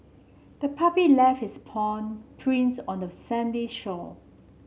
the puppy left its paw prints on the sandy shore